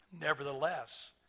Nevertheless